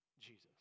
Jesus